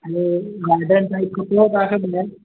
garden ताईं हिकु पियो ॿाहिरि मिलिया आहिनि